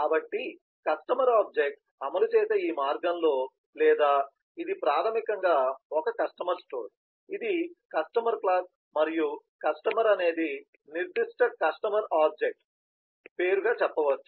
కాబట్టి customer object అమలు చేసే ఈ మార్గంలో లేదా ఇది ప్రాథమికంగా ఒక కస్టమర్ స్టోర్ ఇది కస్టమర్ క్లాస్ మరియు కస్టమర్ అనేది నిర్దిష్ట కస్టమర్ ఆబ్జెక్ట్ పేరు ఉన్నట్లుగా చెప్పవచ్చు